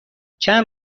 چند